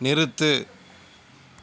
நிறுத்து